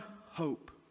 hope